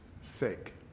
sake